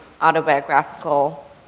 autobiographical